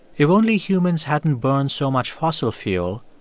if only humans hadn't burned so much fossil fuel,